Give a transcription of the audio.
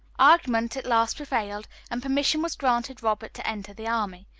argument at last prevailed, and permission was granted robert to enter the army.